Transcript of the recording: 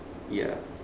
ya